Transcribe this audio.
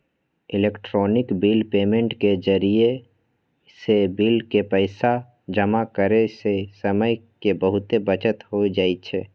electronic bill payment के जरियासे bill के पइसा जमा करेयसे समय के बहूते बचत हो जाई छै